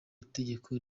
itegeko